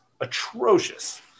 atrocious